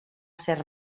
ser